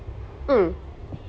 mm